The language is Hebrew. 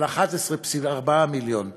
על 11.4 מיליון שקל,